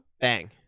Bang